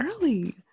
early